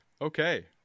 Okay